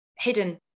hidden